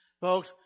Folks